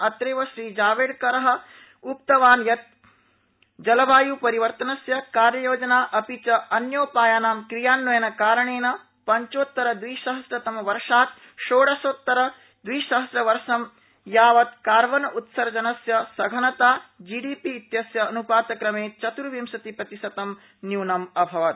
अत्रद्व जावडेकर उक्तवान् यत् जलवाय परिवर्तनस्य कार्ययोजना अपि च अन्योपायानां क्रियान्वयनकारणेन पंचोत्तरद्विसहस्रतम् वर्षात् षोडषोत्तरद्विसहस्रवर्ष यावत् कार्बन उत्सर्जनस्य सघनता जीडीपी इत्यस्य अन्पातक्रमे चत्र्विंशति प्रतिशतम् न्यूनतम् अभवत्